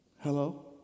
Hello